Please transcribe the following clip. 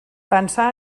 pensar